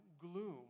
gloom